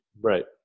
right